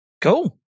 Cool